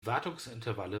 wartungsintervalle